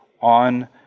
on